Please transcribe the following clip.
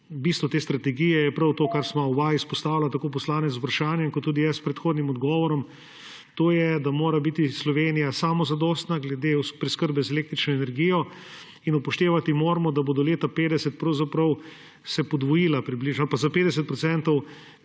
Bistvo te strategije je prav to, kar sva oba izpostavila, tako poslanec z vprašanjem kot tudi jaz s predhodnim odgovorom. To je, da mora biti Slovenija samozadostna glede preskrbe z električno energijo. Upoštevati moramo, da se bo do leta 2050 se podvojila, približno za 50